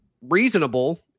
reasonable